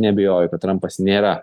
neabejoju kad trampas nėra